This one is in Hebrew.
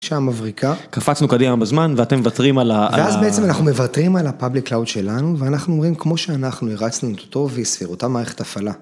אישה מבריקה, קפצנו קדימה בזמן ואתם מוותרים על ה... ואז בעצם אנחנו מוותרים על ה-public cloud שלנו ואנחנו אומרים כמו שאנחנו, הרצנו את ויסר אותה מערכת הפעלה.